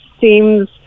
seems